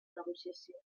negociació